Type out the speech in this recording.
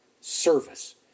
service